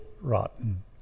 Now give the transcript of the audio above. rotten